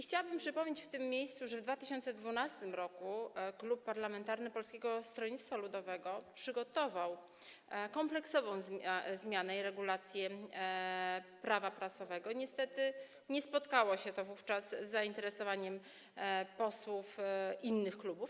Chciałabym przypomnieć w tym miejscu, że w 2012 r. Klub Parlamentarny Polskiego Stronnictwa Ludowego przygotował kompleksową regulację, zmianę Prawa prasowego, niestety nie spotkało się to wówczas z zainteresowaniem posłów innych klubów.